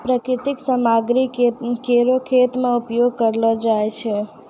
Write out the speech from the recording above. प्राकृतिक सामग्री केरो खेत मे उपयोग करलो जाय छै